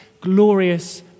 glorious